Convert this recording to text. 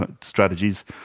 strategies